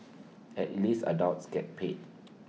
at least adults get paid